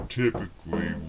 typically